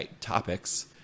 topics